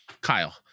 Kyle